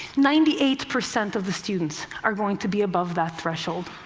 ninety eight percent of the students are going to be above that threshold.